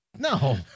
No